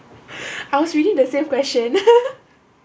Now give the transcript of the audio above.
I was reading the same question